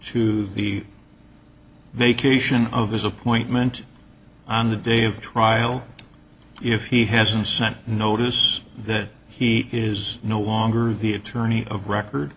to the vacation of his appointment on the day of trial if he hasn't sent notice that he is no longer the attorney of record